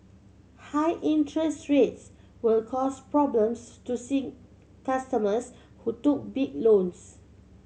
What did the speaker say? high interest rates will cause problems to C customers who took big loans